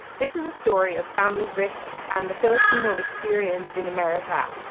this is a story of family rifts and the filipino experience in america.